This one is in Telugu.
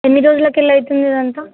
ఎన్ని రోజులకు వెళ్ళి అవుతుంది ఇది అంతా